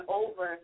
over